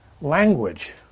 language